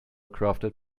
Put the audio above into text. crafted